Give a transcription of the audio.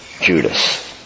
Judas